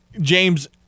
James